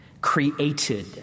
created